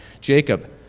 Jacob